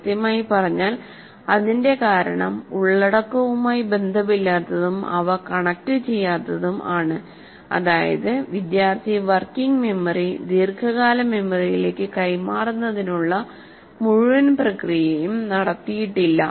കൃത്യമായി പറഞ്ഞാൽ അതിന്റെ കാരണം ഉള്ളടക്കവുമായി ബന്ധമില്ലാത്തതും അവ കണക്റ്റുചെയ്യാത്തതും ആണ്അതായത് വിദ്യാർത്ഥി വർക്കിംഗ് മെമ്മറി ദീർഘകാല മെമ്മറിയിലേക്ക് കൈമാറുന്നതിനുള്ള മുഴുവൻ പ്രക്രിയയും നടത്തിയിട്ടില്ല